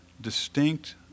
distinct